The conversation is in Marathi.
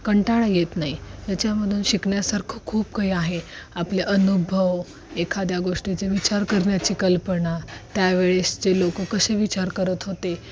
कंटाळा येत नाही याच्यामधून शिकण्यासारखं खूप काही आहे आपले अनुभव एखाद्या गोष्टीचे विचार करण्याची कल्पना त्यावेळेसचे लोकं कसे विचार करत होते